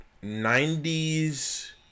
90's